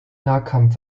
nahkampf